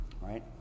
right